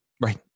Right